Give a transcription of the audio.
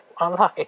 online